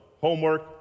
homework